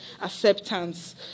acceptance